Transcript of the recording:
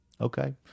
Okay